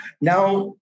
Now